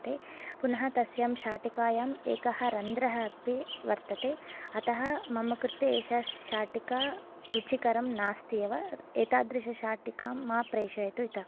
पुनः तस्यां शाटिकायाम् एकः रन्ध्रः अपि वर्तते अतः मम कृते एषा शाटिका रुचिकरं नास्ति एव एतादृशी शाटिका मा प्रेषयतु इतः परम्